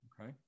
okay